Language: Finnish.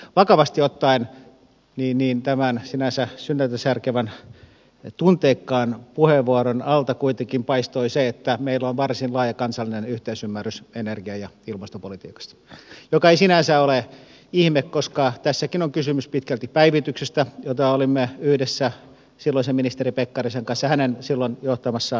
vakavasti ottaen tämän sinänsä sydäntä särkevän tunteikkaan puheenvuoron alta kuitenkin paistoi se että meillä on varsin laaja kansallinen yhteisymmärrys energia ja ilmastopolitiikasta mikä ei sinänsä ole ihme koska tässäkin on kysymys pitkälti päivityksestä jota olimme yhdessä silloisen ministeri pekkarisen kanssa hänen silloin johtamassaan työssä tekemässä